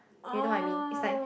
you know what I mean is like